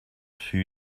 fut